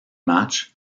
matchs